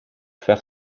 faire